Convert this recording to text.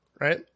right